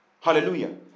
Hallelujah